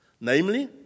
namely